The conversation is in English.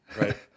Right